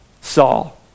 Saul